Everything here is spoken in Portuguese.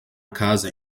casa